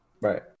Right